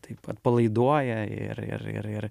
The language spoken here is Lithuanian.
taip atpalaiduoja ir ir ir ir